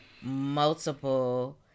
multiple